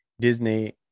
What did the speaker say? Disney